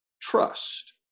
trust